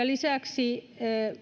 lisäksi